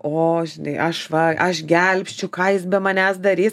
o žinai aš va aš gelbsčiu ką jis be manęs darys